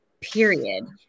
period